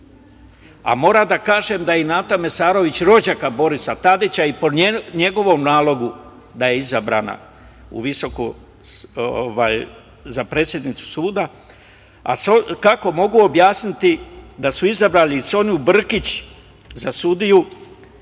a moram da kažem da je i Nata Mesarović, rođaka Borisa Tadića, i po njegovom nalogu da je izabrana za predsednicu suda, i kako mogu objasniti da su izabrali Sonju Brkić, za sudiju,